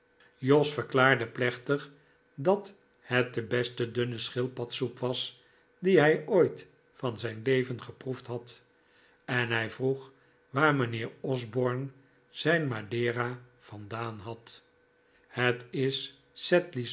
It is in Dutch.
jos verklaarde plechtig dat het de beste dunne schildpadsoep was die hij ooit van zijn leven geproefd had en hij vroeg waar mijnheer osborne zijn madera vandaan had het is